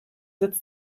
sitz